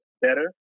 better